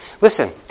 listen